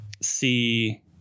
see –